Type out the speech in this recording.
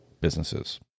businesses